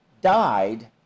died